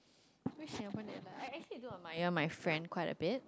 which Singaporean that you like actually I do admire my friend quite a bit